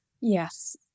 Yes